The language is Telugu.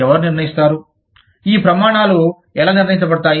ఎవరు నిర్ణయిస్తారు ఈ ప్రమాణాలు ఎలా నిర్ణయించబడతాయి